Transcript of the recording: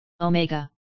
Omega